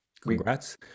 Congrats